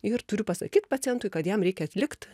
ir turiu pasakyt pacientui kad jam reikia atlikt